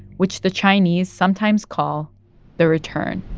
which the chinese sometimes call the return